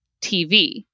TV